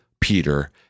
Peter